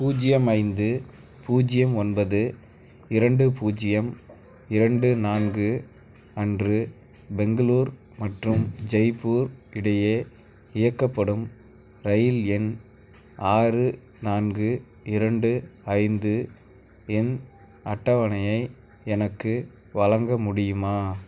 பூஜ்ஜியம் ஐந்து பூஜ்ஜியம் ஒன்பது இரண்டு பூஜ்ஜியம் இரண்டு நான்கு அன்று பெங்களூர் மற்றும் ஜெய்ப்பூர் இடையே இயக்கப்படும் ரயில் எண் ஆறு நான்கு இரண்டு ஐந்து எண் அட்டவணையை எனக்கு வழங்க முடியுமா